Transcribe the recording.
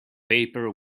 paper